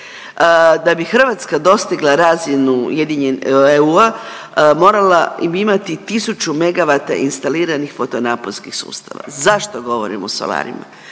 Da bi Hrvatska dostigla razinu EU-a morala bi imati 1000 megavata instaliranih fotonaponskih sustava. Zašto govorim o solarima?